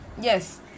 Yes